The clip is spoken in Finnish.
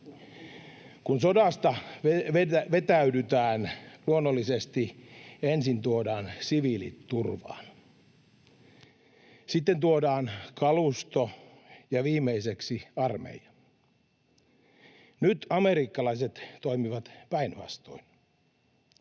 Kun sodasta vetäydytään, luonnollisesti ensin tuodaan turvaan siviilit, sitten tuodaan kalusto ja viimeiseksi armeija. Nyt amerikkalaiset toimivat päinvastoin.